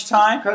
time